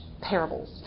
parables